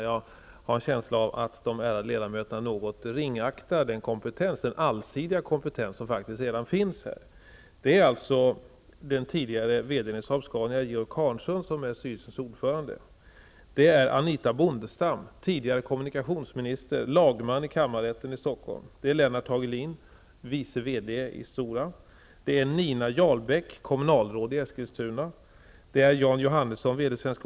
Jag har en känsla av att de ärade ledamöterna något ringaktar den allsidiga kompetens som faktiskt redan finns där.